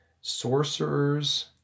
sorcerers